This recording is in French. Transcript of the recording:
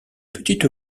petite